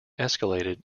escalated